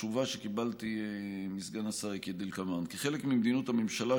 התשובה שקיבלתי מסגן השר היא כדלקמן: כחלק ממדיניות הממשלה,